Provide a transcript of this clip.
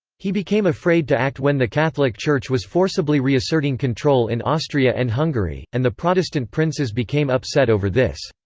he became afraid to act when the catholic church was forcibly reasserting control in austria and hungary, and the protestant princes became upset over this.